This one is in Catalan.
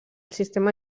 sistema